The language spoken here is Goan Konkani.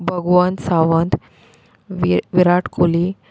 भगवंत सावंत वि विराट कोली